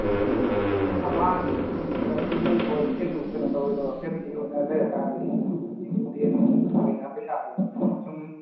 ꯃꯤꯗꯨ ꯑꯃ ꯑꯅꯤ ꯁꯨꯝ ꯈꯤꯇꯪ ꯁꯨꯝ ꯂꯩꯕ ꯑꯣꯏꯔꯗꯤ ꯀꯩꯁꯨ ꯀꯩꯅꯣ ꯇꯧꯔꯣꯏꯗꯕ ꯐꯦꯃꯤꯂꯤ ꯑꯣꯏꯅ ꯂꯩꯔ ꯀꯥꯟꯗꯗꯤ ꯄꯩꯁꯥꯗꯨ ꯁꯨꯝ